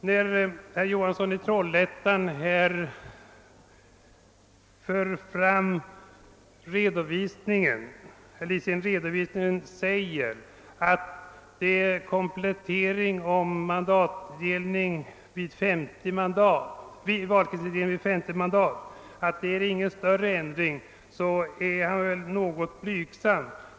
När herr Johansson i Trollhättan säger att förslaget om komplettering av valkretsindelningsreglerna med obligatoriskt indelningstvång vid 50 mandat inte innebär någon större ändring, är han väl något blygsam.